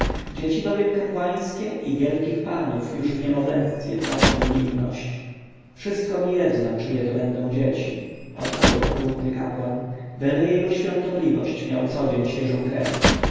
dzieci bowiem kapłańskie i wielkich panów już w niemowlęctwie tracą niewinność wszystko mi jedno czyje to będą dzieci odparł okrutny kapłan byle jego świątobliwość miał codzień świeżą krew